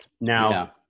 Now